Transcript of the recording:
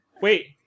Wait